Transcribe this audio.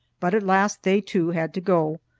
but at last they, too, had to go,